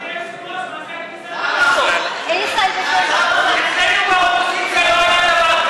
לסעיף 1 לא נתקבלה.